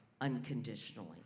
unconditionally